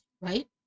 right